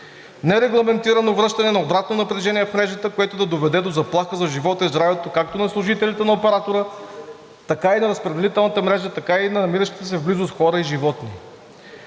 нерегламентирано връщане на обратно напрежение в мрежата, което да доведе до заплаха за живота и здравето както на служителите на оператора, така и на разпределителната мрежа, така и на намиращите се в близост хора и животни;